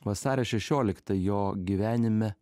vasario šešiolikta jo gyvenime